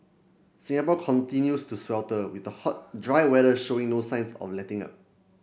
Singapore continues to swelter with the hot dry weather showing no signs of letting up